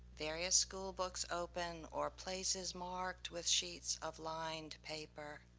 various schoolbooks open or places marked with sheets of lined paper.